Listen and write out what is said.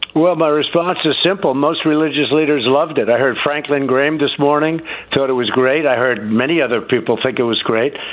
well, my response is simple. most religious leaders loved it. i heard franklin graham this morning thought it was great. i heard many other people think it was great.